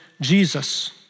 Jesus